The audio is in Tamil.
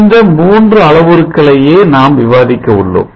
இந்த 3 அளவுருக்களையே நாம் விவாதிக்க உள்ளோம்